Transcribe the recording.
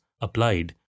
applied